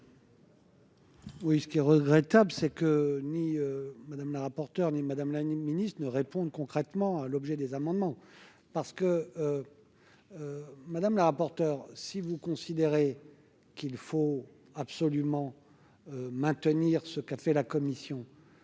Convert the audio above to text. de vote. Il est regrettable que ni Mme la rapporteure ni Mme la ministre n'aient répondu concrètement à l'objet des amendements. Madame la rapporteure, si vous considérez qu'il faut absolument maintenir ce à quoi a abouti la commission,